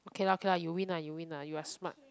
okay lah okay lah you win lah you win lah you are smart